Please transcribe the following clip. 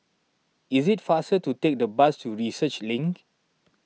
is it faster to take the bus to Research Link